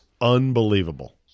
unbelievable